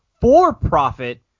for-profit